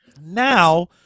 Now